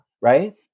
right